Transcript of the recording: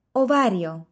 ovario